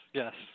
yes